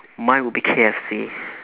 mine will be K_F_C